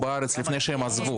שהם עזבו?